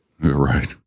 Right